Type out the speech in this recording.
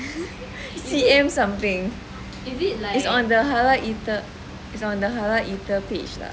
it's M something is on the halal eater page lah